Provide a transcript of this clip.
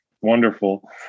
wonderful